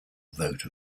vote